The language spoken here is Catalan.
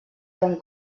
bon